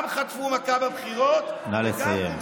גם חטפו מכה בבחירות, נא לסיים.